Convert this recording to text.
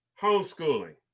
Homeschooling